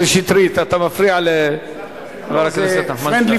חבר הכנסת שטרית, אתה מפריע לחבר הכנסת נחמן שי.